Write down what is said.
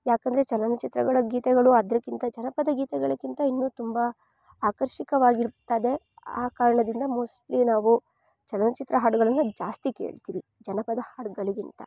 ಯಾಕಂದರೆ ಚಲನಚಿತ್ರಗಳ ಗೀತೆಗಳು ಅದಕಿಂತ ಜನಪದ ಗೀತೆಗಳಿಗಿಂತ ಇನ್ನು ತುಂಬ ಆಕರ್ಷಕವಾಗಿರ್ತದೆ ಆ ಕಾರಣದಿಂದ ಮೋಸ್ಟ್ಲಿ ನಾವು ಚಲನಚಿತ್ರ ಹಾಡುಗಳನ್ನು ಜಾಸ್ತಿ ಕೇಳ್ತಿವಿ ಜನಪದ ಹಾಡುಗಳಿಗಿಂತ